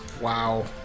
Wow